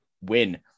win